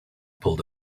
pulled